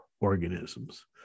organisms